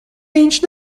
viņš